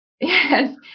Yes